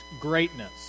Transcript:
greatness